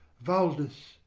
valdes,